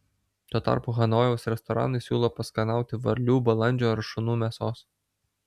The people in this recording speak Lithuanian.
tuo tarpu hanojaus restoranai siūlo paskanauti varlių balandžių ar šunų mėsos